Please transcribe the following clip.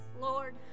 Lord